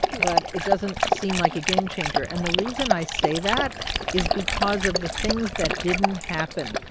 but it doesn't seem like a game changer. and the reason i say that is because of the things that didn't happen.